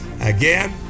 again